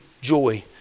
joy